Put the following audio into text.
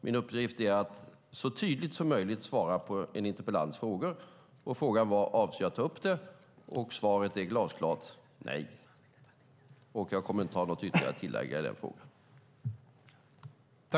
Min uppgift är att så tydligt som möjligt svara på en interpellants frågor, och frågan var: Avser jag att ta upp det? Svaret är glasklart: Nej. Jag kommer inte att ha något ytterligare att tillägga i denna fråga.